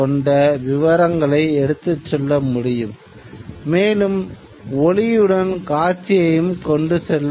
அப்போது நேரடியாக வீட்டுக்கு அனுப்பும் செயற்கைக்கோள் ஒளிபரப்பு வரவில்லை